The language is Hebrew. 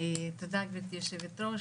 תודה גברתי היושבת ראש,